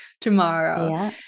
tomorrow